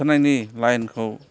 होबथानायनि लाइनखौ